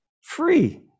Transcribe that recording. free